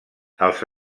els